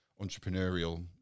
entrepreneurial